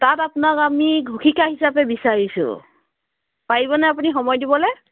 তাত আপোনাক আমি ঘোষিকা হিচাপে বিচাৰিছোঁ পাৰিবনে আপুনি সময় দিবলৈ